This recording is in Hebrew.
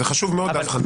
ההבחנה הזאת חשובה מאוד.